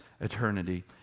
eternity